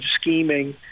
scheming